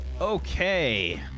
Okay